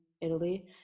Italy